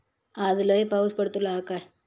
आज लय पाऊस पडतलो हा काय?